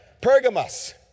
Pergamos